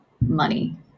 money